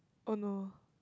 oh no